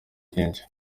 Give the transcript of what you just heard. kenshi